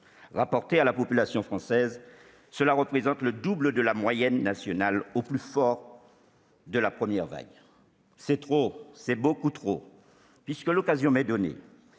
Rapporté à la population française, cela représente le double de la moyenne nationale au plus fort de la première vague. C'est trop, beaucoup trop. Puisque l'occasion m'en est donnée,